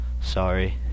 Sorry